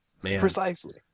Precisely